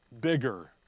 Bigger